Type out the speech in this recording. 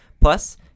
plus